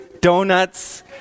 donuts